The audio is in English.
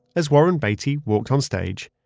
as warren beatty walked on stage,